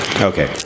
Okay